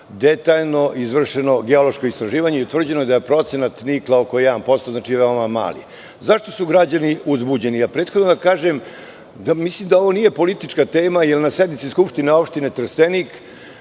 detaljno izvršeno geološko istraživanje i utvrđeno da procenat nikla oko 1% znači, veoma mali.Zašto su građani uzbuđeni? Prethodno da kažem da mislim da ovo nije politička tema, jer na sednici Skupštine opštine Trstenik